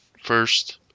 first